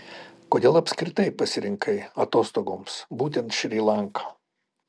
kodėl apskritai pasirinkai atostogoms būtent šri lanką